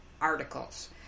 articles